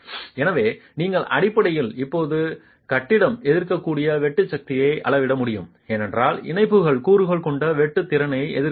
எனவே நீங்கள் அடிப்படையில் இப்போது கட்டிடம் எதிர்க்கக்கூடிய வெட்டு சக்தியை அளவிட வேண்டும் ஏனென்றால் இணைப்புகள் கூறுகள் கொண்ட வெட்டு திறனை எதிர்க்க முடியாது